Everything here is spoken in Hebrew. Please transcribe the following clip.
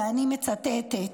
ואני מצטטת: